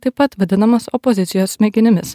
taip pat vadinamas opozicijos smegenimis